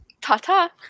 Ta-ta